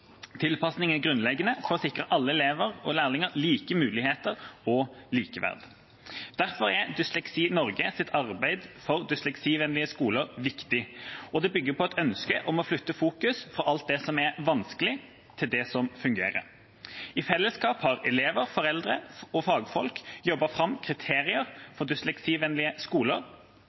Tilpasningen er grunnleggende for å sikre alle elever og lærlinger like muligheter og likeverd. Derfor er Dysleksi Norges arbeid for dysleksivennlige skoler viktig, og det bygger på et ønske om å flytte fokus fra alt det som er vanskelig, til det som fungerer. I fellesskap har elever, foreldre og fagfolk jobbet fram kriterier for dysleksivennlige skoler,